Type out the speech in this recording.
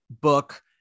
book